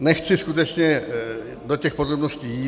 Nechci skutečně jít do těch podrobností.